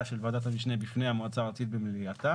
של ועדת המשנה בפני המועצה הארצית במליאתה.